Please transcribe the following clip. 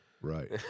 Right